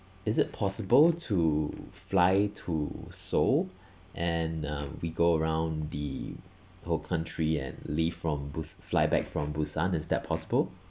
is it possible to fly to seoul and uh we go around the whole country and leave from bu~ fly back from busan is that possible